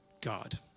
God